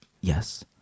Yes